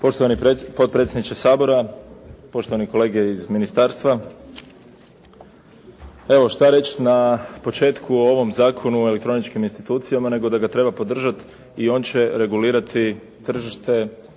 Poštovani potpredsjedniče Sabora, poštovani kolege iz ministarstva. Evo, što reći na početku o ovom Zakonu o elektroničkim institucijama nego da ga treba podržati i on će regulirati tržište